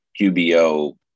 QBO